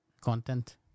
content